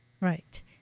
Right